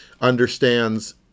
understands